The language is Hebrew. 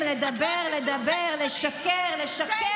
לבטל